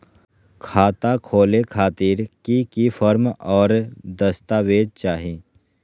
खाता खोले खातिर की की फॉर्म और दस्तावेज चाही?